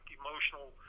emotional